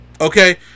Okay